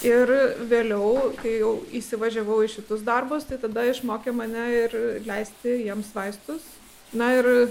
ir vėliau kai jau įsivažiavau į šitus darbus tai tada išmokė mane ir leisti jiems vaistus na ir